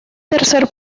tercer